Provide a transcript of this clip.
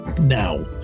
Now